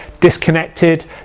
disconnected